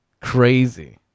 crazy